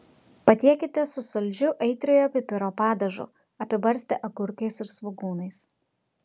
patiekite su saldžiu aitriojo pipiro padažu apibarstę agurkais ir svogūnais